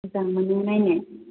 मोजां मोनो नायनो